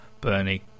bernie